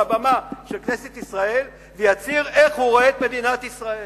על הבמה של כנסת ישראל ויצהיר איך הוא רואה את מדינת ישראל